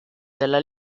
della